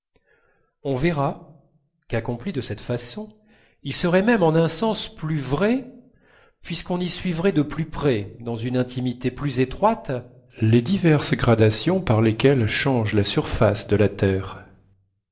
on verra qu'accompli de cette façon il serait même en un sens plus vrai puisqu'on y suivrait de plus près dans une intimité plus étroite les diverses gradations par lesquelles change la surface de la terre